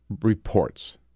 reports